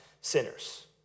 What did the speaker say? sinners